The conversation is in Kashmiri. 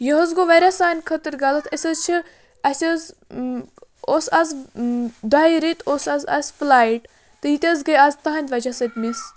یہِ حظ گوٚو واریاہ سانہِ خٲطٕر غلط أسۍ حظ چھِ اَسہِ حظ اوس آز دۄیہِ رٮ۪تۍ اوس آز اَسہِ فٕلایٹ تہٕ یہِ تہِ حظ گٔے آز تٕہٕنٛد وَجہ سۭتۍ مِس